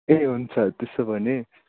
ए हुन्छ त्यसो भने